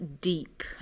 deep